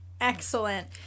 excellent